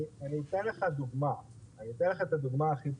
אציג לך את הדוגמה הכי פשוטה.